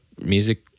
Music